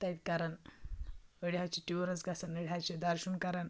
تَتہِ کَران أڑۍ حظ چھِ ٹیوٗرَس گژھان أڑۍ حظ چھِ دَرشن کَران